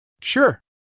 Sure